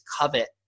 covet